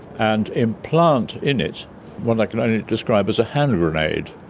and implant in it what i can only describe as a hand grenade,